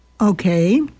Okay